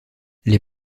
les